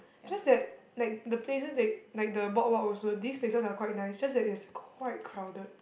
just that like the places that like the boardwalk also these places are quite nice just that is quite crowded